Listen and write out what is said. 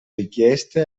richieste